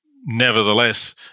nevertheless